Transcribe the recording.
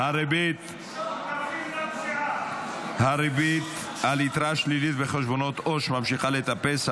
הבאה: הריבית על יתרה שלילית בחשבונות עו"ש ממשיכה לטפס,